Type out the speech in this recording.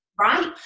Right